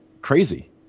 crazy